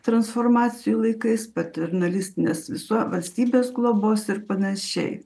transformacijų laikais paternalistinės visuo valstybės globos ir panašiai